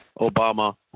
Obama